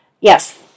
Yes